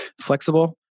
flexible